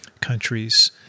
countries